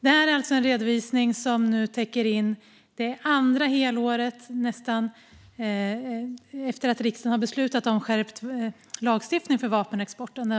Detta är alltså en redovisning som - nästan - täcker in det andra helåret efter att riksdagen för snart tre år sedan beslutade om en skärpt lagstiftning för vapenexporten.